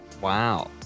Wow